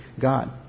God